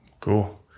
Cool